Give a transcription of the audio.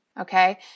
Okay